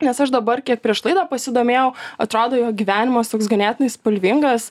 nes aš dabar kiek prieš laidą pasidomėjau atrodo jo gyvenimas toks ganėtinai spalvingas